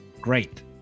Great